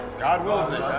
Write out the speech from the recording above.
god wills it!